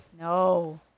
No